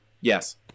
Yes